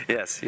Yes